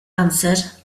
answered